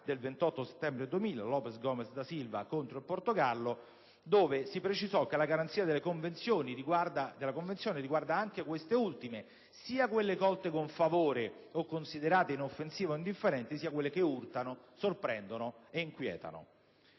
del 28 settembre 2000, che certamente il relatore conoscerà, si precisò infatti che la garanzia della Convenzione riguarda anche queste ultime, sia quelle «colte con favore o considerate inoffensive o indifferenti, sia quelle che urtano, sorprendono ed inquietano».